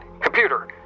Computer